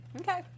Okay